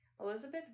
Elizabeth